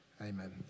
amen